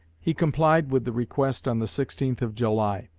he complied with the request on the sixteenth of july.